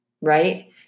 right